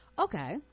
okay